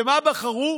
במה בחרו?